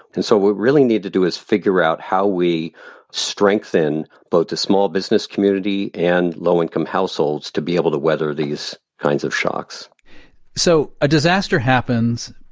and so what we really need to do is figure out how we strengthen both the small business community and low-income households to be able to weather these kinds of shocks so a disaster happens,